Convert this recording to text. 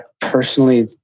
personally